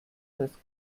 das